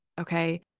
okay